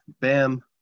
Bam